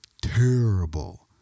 terrible